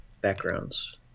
backgrounds